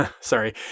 sorry